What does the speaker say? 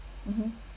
mmhmm